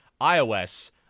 iOS